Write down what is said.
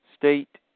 state